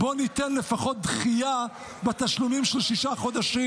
בואו ניתן לפחות דחייה בתשלומים של שישה חודשים,